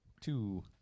Two